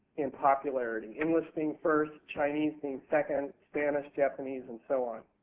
in popularity, english being first, chinese being second, spanish, japanese and so on.